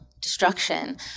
destruction